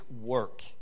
work